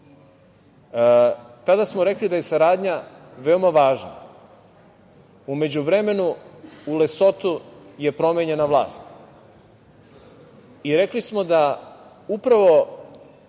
Tada smo rekli da je saradnja veoma važna, u međuvremenu, u Lesotu je promenjena vlast i rekli smo da zbog